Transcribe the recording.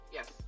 Yes